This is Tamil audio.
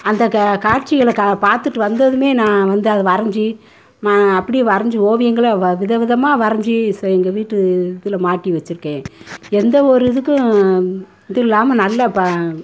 அந்த க காட்சிகளை க பார்த்துட்டு வந்ததுமே நான் வந்து அதை வரைஞ்சு ம அப்படியே வரைஞ்சு ஓவியங்களை வ வித விதமாக வரைஞ்சு செ எங்கள் வீட்டு இதில் மாட்டி வச்சுருக்கேன் எந்த ஒரு இதுக்கும் இது இல்லாமல் நல்ல ப